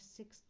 six